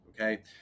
Okay